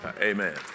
Amen